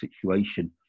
situation